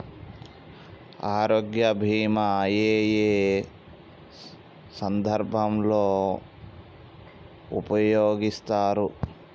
ఆరోగ్య బీమా ఏ ఏ సందర్భంలో ఉపయోగిస్తారు?